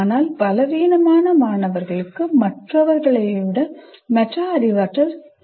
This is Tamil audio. ஆனால் பலவீனமான மாணவர்களுக்கு மற்றதை விட மோசமான மெட்டா அறிவாற்றல் உள்ளது